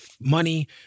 money